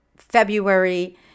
February